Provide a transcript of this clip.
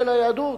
של היהדות,